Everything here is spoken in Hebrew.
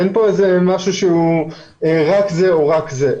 אין כאן משהו שזה רק זה או רק זה.